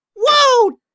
Whoa